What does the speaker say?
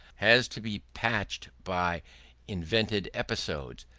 has to be patched by invented episodes,